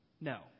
No